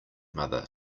mother